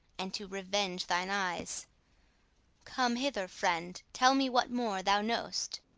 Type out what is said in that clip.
and to revenge thine eyes come hither, friend tell me what more thou know'st.